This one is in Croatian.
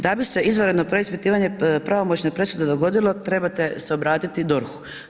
Da bi se izvanredno preispitivanje pravomoćne presude dogodilo trebate se obratiti DORH-u.